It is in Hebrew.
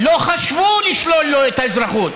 לא חשבו לשלול לו את האזרחות.